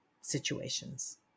situations